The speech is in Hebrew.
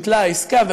בוטלה העסקה,